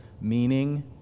meaning